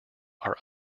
are